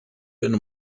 and